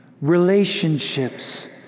relationships